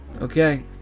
Okay